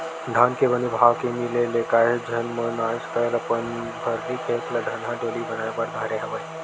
धान के बने भाव के मिले ले काहेच झन मन आजकल अपन भर्री खेत ल धनहा डोली बनाए बर धरे हवय